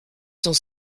sont